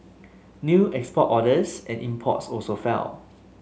new export orders and imports also fell